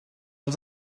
els